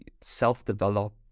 self-develop